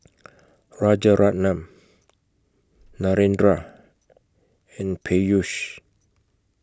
Rajaratnam Narendra and Peyush